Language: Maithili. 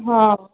हँ